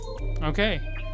Okay